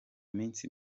minsi